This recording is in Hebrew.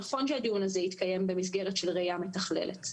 נכון שהדיון הזה יתקיים במסגרת של ראייה מתחללת.